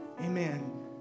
Amen